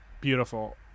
Beautiful